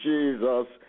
Jesus